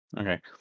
Okay